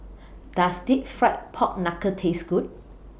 Does Deep Fried Pork Knuckle Taste Good